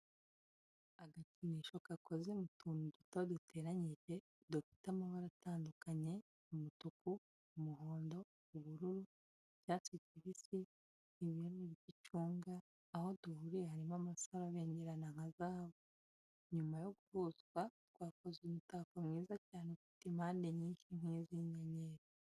Agakinisho gakoze mu tuntu duto duteranyije dufite amabara atandukanye umutuku, umuhondo, ubururu, icyatsi kibisi, ibarara ry'icunga, aho duhuriye harimo amasaro abengerana nka zahabu, nyuma yo guhuzwa twakoze umutako mwiza cyane ufite impande nyinshi nk'izi z'inyenyeri.